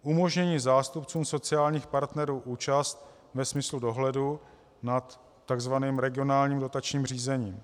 Umožnění zástupcům sociálních partnerů účast ve smyslu dohledu nad tzv. regionálním dotačním řízením.